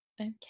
Okay